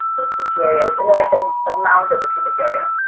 the two areas and then like um the mound of the pubic area.